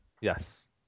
Yes